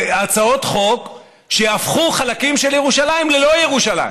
הצעות חוק שיהפכו חלקים של ירושלים ללא-ירושלים.